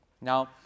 Now